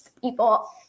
people